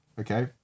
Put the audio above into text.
okay